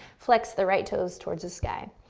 flex the right toes towards the sky.